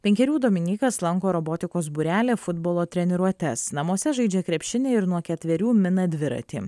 penkerių dominykas lanko robotikos būrelį futbolo treniruotes namuose žaidžia krepšinį ir nuo ketverių mina dviratį